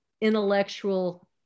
intellectual